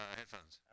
headphones